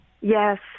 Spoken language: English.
Yes